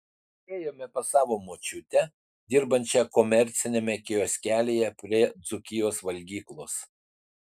ėjome pas savo močiutę dirbančią komerciniame kioskelyje prie dzūkijos valgyklos